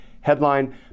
Headline